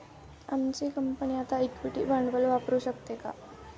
आमची कंपनी आता इक्विटी भांडवल वापरू शकते का?